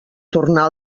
tornar